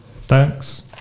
thanks